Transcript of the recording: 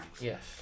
Yes